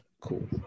Cool